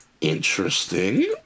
Interesting